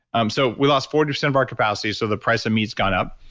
um so we lost forty percent of our capacity so the price of meat's gone up.